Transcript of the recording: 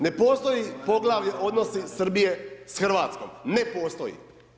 Ne postoji poglavlje odnosi Srbije s Hrvatskom, ne postoji.